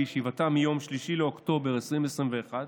בישיבתה ב-3 באוקטובר 2021,